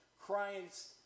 Christ